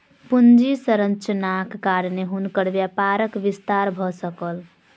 पूंजी संरचनाक कारणेँ हुनकर व्यापारक विस्तार भ सकल